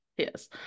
Yes